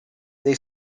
they